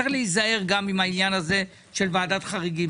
צריך להיזהר גם עם העניין הזה של ועדת חריגים,